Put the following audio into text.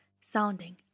sounding